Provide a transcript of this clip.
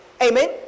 amen